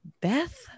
Beth